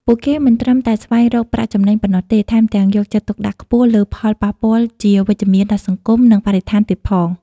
ពួកគេមិនត្រឹមតែស្វែងរកប្រាក់ចំណេញប៉ុណ្ណោះទេ ថែមទាំងយកចិត្តទុកដាក់ខ្ពស់លើផលប៉ះពាល់ជាវិជ្ជមានដល់សង្គម និងបរិស្ថានទៀតផង ។